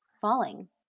falling